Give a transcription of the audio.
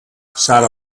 sarah